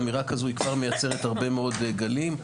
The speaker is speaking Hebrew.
אמירה כזו כבר מייצרת הרבה מאוד גלים.